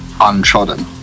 untrodden